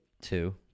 two